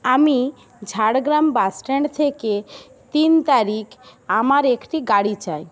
আমি ঝাড়গ্রাম বাসস্ট্যান্ড থেকে তিন তারিখ আমার একটি গাড়ি চাই